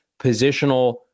positional